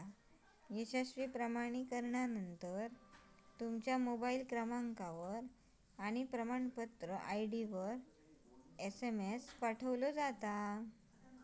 यशस्वी प्रमाणीकरणानंतर, तुमच्या मोबाईल क्रमांकावर आणि प्रमाणपत्र आय.डीवर एसएमएस पाठवलो जाता